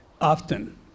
often